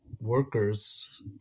workers